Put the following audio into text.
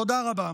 תודה רבה.